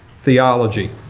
theology